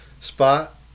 spot